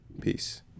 Peace